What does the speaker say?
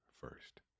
first